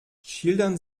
schildern